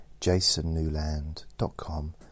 jasonnewland.com